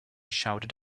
shouted